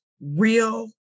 real